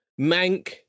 Mank